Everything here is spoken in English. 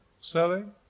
selling